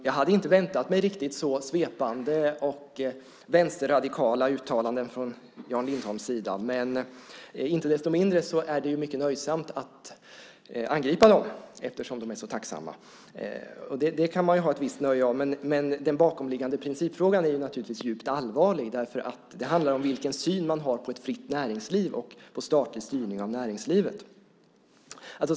Jag hade inte väntat mig riktigt så svepande och vänsterradikala uttalanden från Jan Lindholms sida, men icke desto mindre är det mycket nöjsamt att angripa dem, eftersom de är så tacknämliga. Det kan man ha ett visst nöje av, men den bakomliggande principfrågan är naturligtvis djupt allvarlig, därför att det handlar om vilken syn man har på ett fritt näringsliv och på statlig styrning av näringslivet.